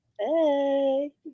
Hey